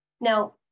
Now